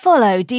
Follow